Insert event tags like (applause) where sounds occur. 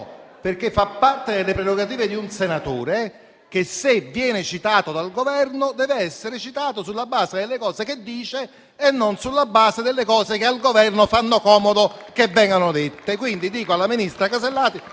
perché fa parte delle prerogative di un senatore) che, se vengo citato dal Governo, devo essere citato sulla base delle cose che dico e non sulla base delle cose che al Governo fa comodo che vengano dette. (applause) Dico pertanto alla ministra Alberti